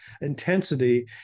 intensity